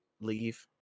leave